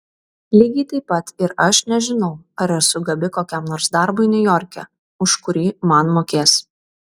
lygiai taip pat ir aš nežinau ar esu gabi kokiam nors darbui niujorke už kurį man mokės